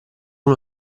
uno